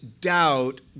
doubt